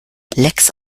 lecks